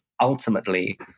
ultimately